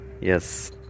yes